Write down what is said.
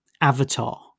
Avatar